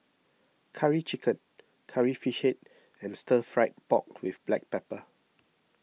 Curry Chicken Curry Fish Head and Stir Fried Pork with Black Pepper